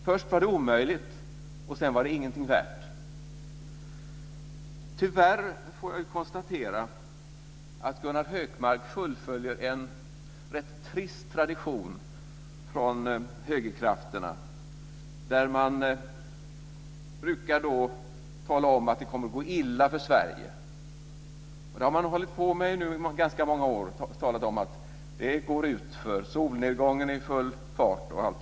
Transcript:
Först var det omöjligt, och sedan var det ingenting värt. Tyvärr får jag konstatera att Gunnar Hökmark fullföljer en rätt trist tradition från högerkrafterna, där man brukar tala om att det kommer att gå illa för Sverige. Man har i ganska många år hållit på med att tala om att det går utför, att solnedgången kommer i full fart osv.